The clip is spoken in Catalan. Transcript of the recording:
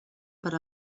per